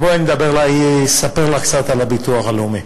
בואי אני אספר לך קצת על הביטוח הלאומי.